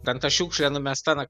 ten ta šiukšle numesta na